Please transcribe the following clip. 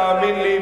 תאמין לי,